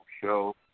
Show